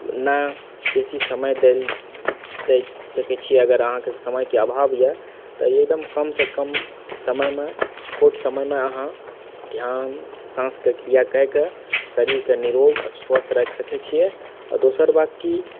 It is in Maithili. ने बेसी समय देल दै सकै छियै अगर अहाँके समयके अभाव यऽ तऽ ई एकदम कम सँ कम समयमे छोट समयमे अहाँ ध्यान साँसके क्रिया कए कऽ शरीरके निरोग स्वस्थ आओर राखि सकै छियै आओर दोसर बात की